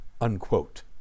Unquote